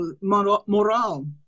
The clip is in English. Moral